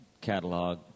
catalog